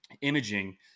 imaging